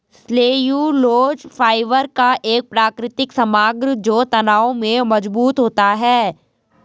cellulose fibre का एक प्राकृतिक समग्र जो तनाव में मजबूत होता है